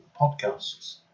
podcasts